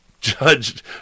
judged